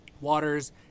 Waters